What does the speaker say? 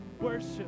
Worship